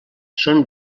són